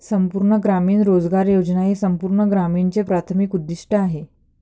संपूर्ण ग्रामीण रोजगार योजना हे संपूर्ण ग्रामीणचे प्राथमिक उद्दीष्ट आहे